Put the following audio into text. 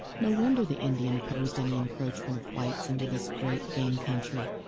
no wonder the indian opposed any encroachment of whites into this great game country.